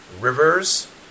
Rivers